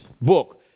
book